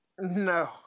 No